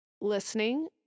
listening